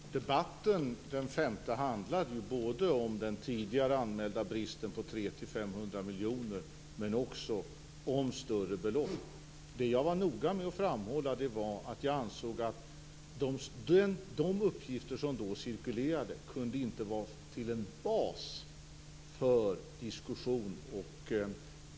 Fru talman! Debatten den 5 december handlade både om den tidigare anmälda bristen på 300-500 miljoner och om större belopp. Det jag var noga med att framhålla var att jag ansåg att de uppgifter som då cirkulerade inte kunde utgöra en bas för diskussion.